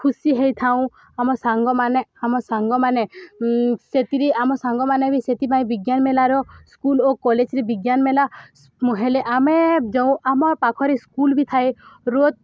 ଖୁସି ହୋଇଥାଉ ଆମ ସାଙ୍ଗମାନେ ଆମ ସାଙ୍ଗମାନେ ସେଥିରେ ଆମ ସାଙ୍ଗମାନେ ବି ସେଥିପାଇଁ ବିଜ୍ଞାନ ମେଲାର ସ୍କୁଲ୍ ଓ କଲେଜ୍ରେ ବିଜ୍ଞାନ ମେଲା ହେଲେ ଆମେ ଯେଉଁ ଆମ ପାଖରେ ସ୍କୁଲ୍ ବି ଥାଏ ରୋଜ୍